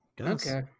Okay